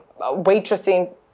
waitressing